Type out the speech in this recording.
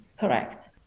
Correct